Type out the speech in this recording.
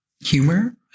humor